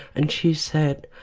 and she said,